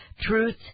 Truth